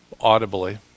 audibly